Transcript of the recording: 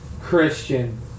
Christian